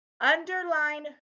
Underline